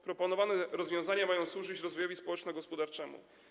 Proponowane rozwiązania mają służyć rozwojowi społeczno-gospodarczemu.